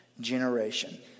generation